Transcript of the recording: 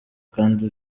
kandi